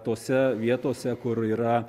tose vietose kur yra